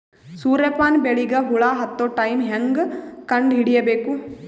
ಸೂರ್ಯ ಪಾನ ಬೆಳಿಗ ಹುಳ ಹತ್ತೊ ಟೈಮ ಹೇಂಗ ಕಂಡ ಹಿಡಿಯಬೇಕು?